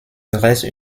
dresse